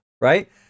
Right